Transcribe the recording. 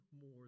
more